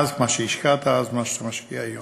מה שהשקעת אז ומה שאתה משקיע היום.